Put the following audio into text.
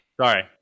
Sorry